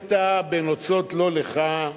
התקשטת בנוצות לא לך,